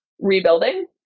rebuilding